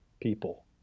people